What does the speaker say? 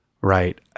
right